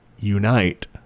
unite